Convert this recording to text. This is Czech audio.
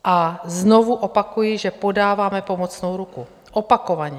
A znovu opakuji, že podáváme pomocnou ruku, opakovaně.